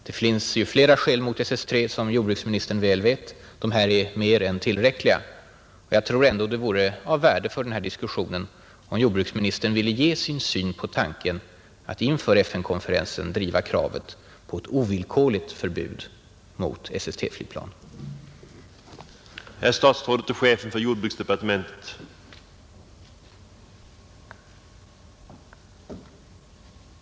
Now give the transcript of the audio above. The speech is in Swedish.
Det finns flera skäl mot SST, som jordbruksministern vet. Men de här är mer än tillräckliga. Jag tror det vore av värde för denna diskussion, om jordbruksministern ville ge sin syn på tanken att inför FN-konferensen driva kravet på ett ovillkorligt förbud mot SST-flyg över land.